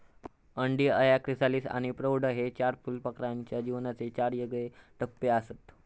अंडी, अळ्या, क्रिसालिस आणि प्रौढ हे चार फुलपाखराच्या जीवनाचे चार येगळे टप्पेआसत